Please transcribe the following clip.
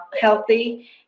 healthy